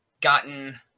gotten